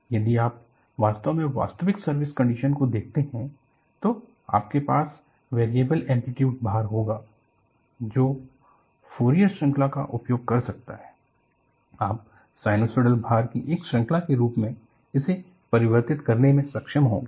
यदि आप वास्तव में वास्तविक सर्विस कन्डिशन को देखते हैं तो आपके पास वेरिएबल एम्पलीटुड भार होगा जो फॊरियर श्रृंखला का उपयोग कर सकता है आप साइनसॉइडल भार की एक श्रृंखला के रूप में इसे परिवर्तित करने में सक्षम होंगे